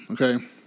okay